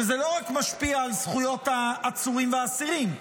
שזה לא רק משפיע על זכויות העצורים והאסירים.